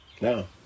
No